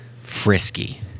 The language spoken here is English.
frisky